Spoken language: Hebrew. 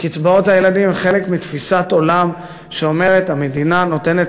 קצבאות הילדים הן חלק מתפיסת עולם שאומרת: המדינה נותנת